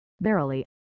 Verily